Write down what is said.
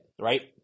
Right